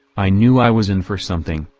i knew i was in for something,